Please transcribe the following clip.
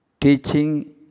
Teaching